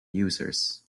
users